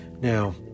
Now